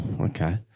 okay